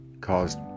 caused